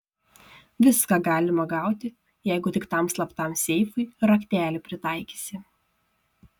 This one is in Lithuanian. viską galima gauti jeigu tik tam slaptam seifui raktelį pritaikysi